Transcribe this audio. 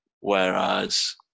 Whereas